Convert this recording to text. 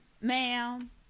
Ma'am